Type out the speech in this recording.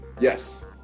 Yes